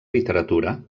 literatura